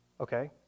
okay